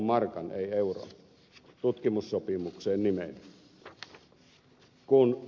markan ei euron tutkimussopimukseen nimen